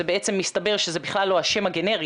שמסתבר שזה בכלל לא השם הגנרי,